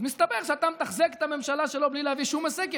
אז מסתבר שאתה מתחזק את הממשלה שלו בלי להביא שום הישג,